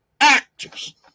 actors